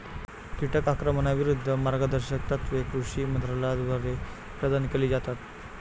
कीटक आक्रमणाविरूद्ध मार्गदर्शक तत्त्वे कृषी मंत्रालयाद्वारे प्रदान केली जातात